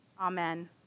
Amen